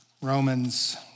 Romans